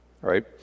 right